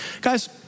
guys